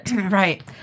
Right